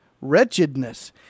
wretchedness